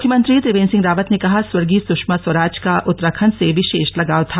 मुख्यमंत्री त्रिवेन्द्र सिंह रावत ने कहा स्वर्गीय सुषमा स्वराज का उत्तराखण्ड से विशेष लगाव था